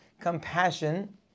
compassion